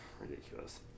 Ridiculous